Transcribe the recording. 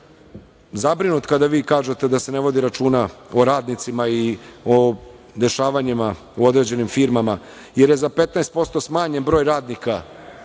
Zabrinut sam kada vi kažete da se ne vodi računa o radnicima i o dešavanjima u određenim firmama, jer je za 15% smanjen broj radnika,